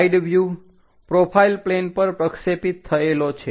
side view profile plane પર પ્રક્ષેપિત થયેલો છે